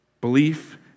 Belief